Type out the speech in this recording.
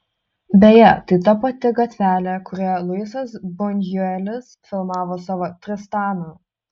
beje tai ta pati gatvelė kurioje luisas bunjuelis filmavo savo tristaną